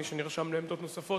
מי שנרשם לעמדות נוספות.